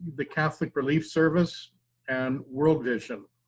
the catholic relief service and world vision.